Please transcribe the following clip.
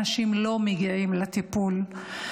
אנשים לא מגיעים לטיפול.